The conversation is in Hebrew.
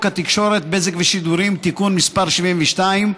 התקשורת (בזק ושידורים) (תיקון מס' 72),